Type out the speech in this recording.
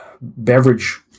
beverage